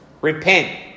Repent